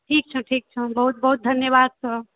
ठीक छौ ठीक छौ बहुत बहुत धन्यवाद तोहर